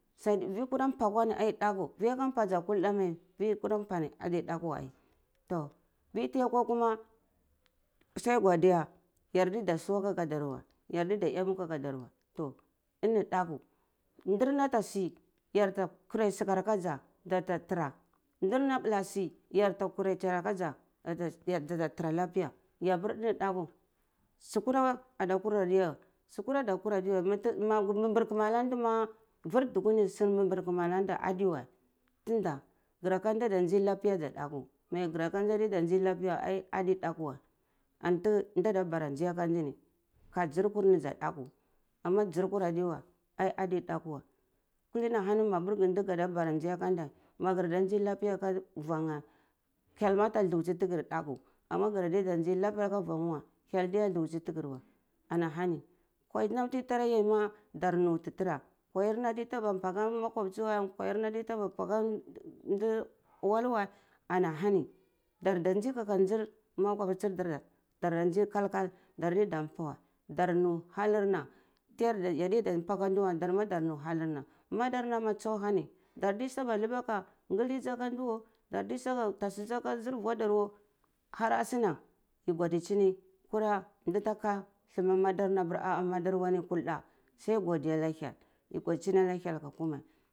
Sai vi kwura mpa adiya kwa ni ai daku vi aka mpa dza kwa wei vi aka mpa ni adi daku wa ai tho vi ti ya kwa kuma sai godiya yar di da suwa aka ndeh wai yar diya ka ka ka dar weh nar na ata si yar ta kurei sukar aka dar dar ta tara ndar na are bala si yar ta kwarbi sukar dar ta tura za ta tar lafiya ini ndaku sukura ada kuri adiwa sukura ada kuri adewa ma ga mbar mbar kana ana dhi ma vir duku ma adiwe tunda gara ka nda ada nzai lapiya da daku mai gara ka nda adiya nzi lafiya weh ai adi ndaku weh antu ndada bara nzai aka ndini ka zurkuni zda daku ama zarku adewa ai adi daku wai kulini ana hani gada bara nzi aka deh gar da si lafiya ka ndufenya hyel mja ada thutsi thakar daku ama gara diya nzi da ku aka thufarnewa hyel adiya thutsitiga-we anahani nkwai nam tiyi tera yai ma ndar nutu tira nkwair na ta taba mpa aka makubtchi weh kwai na ta taba mpar aka ndate walleh weh ana hani dar da nzai aka ndaz makuptchir dar dar da nzai kal kal dar diya da mpa weh yhu nalir na yadiya mpa aka da weh kuma dar di halir na madar na ma tsu a hani da di saba liba ka ngal di weh dar ta saka tasi zi aka zir gurar dar weh har asuna yi gudichini kura ndi ta ka thama a a amadar na ni akwa su kulda sai dodiya a hyel yi gurchina na hyel su koma.